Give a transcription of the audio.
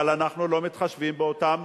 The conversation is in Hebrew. אבל אנחנו לא מתחשבים באותן